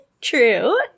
true